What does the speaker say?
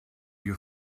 you